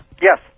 Yes